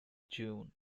june